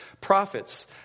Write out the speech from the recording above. prophets